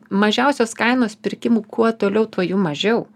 mažiausios kainos pirkimų kuo toliau tuo jų mažiau